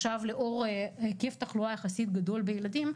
לאור היקף התחלואה היחסית גדול בילדים,